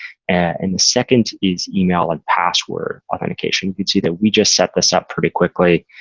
and the second is email and password authentication. you can see that we just set this up pretty quickly,